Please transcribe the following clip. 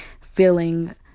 feeling